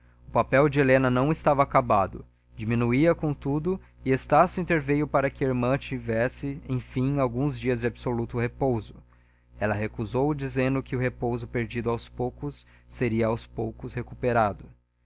o papel de helena não estava acabado diminuía contudo e estácio interveio para que a irmã tivesse enfim alguns dias de absoluto repouso ela recusou dizendo que o repouso perdido aos poucos seria aos poucos recuperado